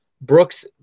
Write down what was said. Brooks